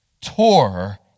tore